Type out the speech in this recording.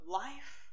life